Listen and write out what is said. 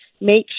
make